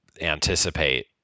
anticipate